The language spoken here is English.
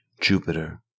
Jupiter